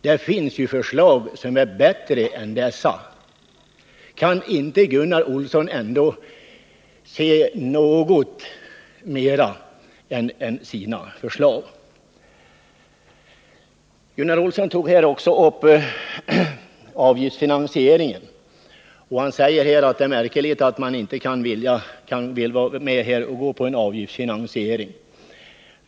Det finns ju förslag som är bättre. Kan inte Gunnar Olsson se något mer än sina förslag? Gunnar Olsson tog här också upp avgiftsfinansieringen, och han sade att det är märkligt att man inte vill vara med om en avgiftsfinansiering.